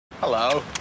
Hello